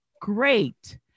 Great